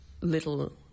little